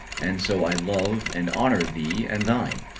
and so i love and honour thee and thine,